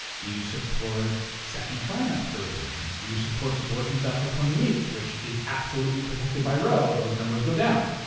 do you support second trimester abortions? do you support abortions after twenty weeks, which is absolutely protected by roe, those numbers go down.